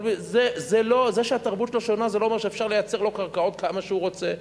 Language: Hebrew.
אבל זה שהתרבות שלו שונה לא אומר שאפשר לייצר לו קרקעות כמה שהוא רוצה,